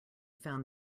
found